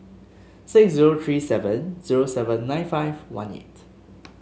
six zero three seven zero seven nine five one eight